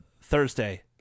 Thursday